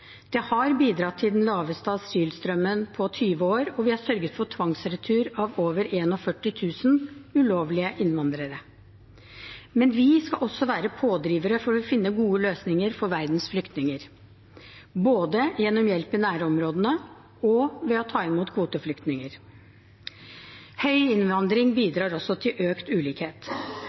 Det har bidratt til den laveste asylstrømmen på 20 år, og vi har sørget for tvangsretur av over 41 000 ulovlige innvandrere. Men vi skal også være pådrivere for å finne gode løsninger for verdens flyktninger, både gjennom hjelp i nærområdene og ved å ta imot kvoteflyktninger. Høy innvandring bidrar også til økt ulikhet.